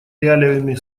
реалиями